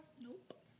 Nope